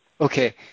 Okay